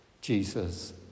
Jesus